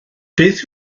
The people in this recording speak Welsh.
beth